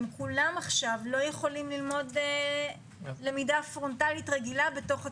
הם כולם עכשיו לא יכולים ללמוד למידה פרונטלית רגילה בתוך הכיתה.